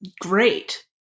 great